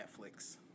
Netflix